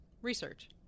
research